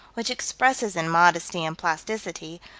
which expresses in modesty and plasticity,